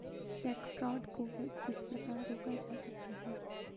Check fraud को किस प्रकार रोका जा सकता है?